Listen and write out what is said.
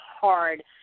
hard